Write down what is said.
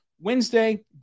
Wednesday